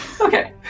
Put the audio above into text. Okay